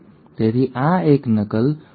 તેથી આ એક નકલ ફોર્ક છે